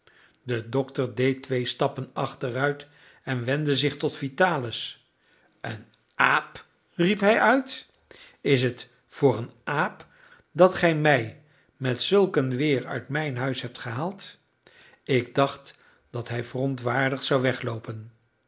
de dokter deed twee stappen achteruit en wendde zich tot vitalis een aap riep hij uit is het voor een aap dat gij mij met zulk een weer uit mijn huis hebt gehaald ik dacht dat hij verontwaardigd zou wegloopen